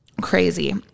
Crazy